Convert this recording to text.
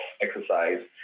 exercise